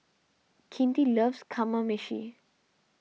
Kinte loves Kamameshi